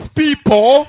people